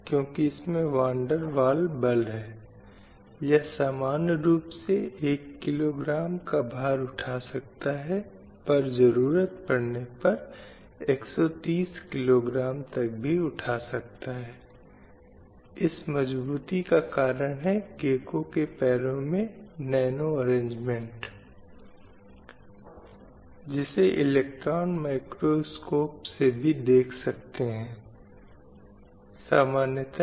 सिर्फ निर्णय लेने की प्रक्रिया में महिलाओं की भागीदारी की समझ होने के लिए विशेषकर राजनीति में आप देखे तो लोक सभा में निर्वाचित 62 महिलाएं हैं जो इसे 114 बनाता है और राज्यसभा में 119 महिलाएं हैं 8 राज्य विधान सभाओं में है और 4 राज्य परिषद में है न्यायपालिका में भागीदारी के मामले में सुप्रीम कोर्ट में 30 में से 2 न्यायाधीश हैं